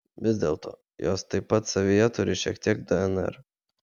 vis dėlto jos taip pat savyje turi šiek tiek dnr